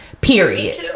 period